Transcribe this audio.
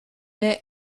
est